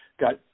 got